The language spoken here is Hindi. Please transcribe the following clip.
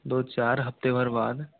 दो चार हफ्ते भर बाद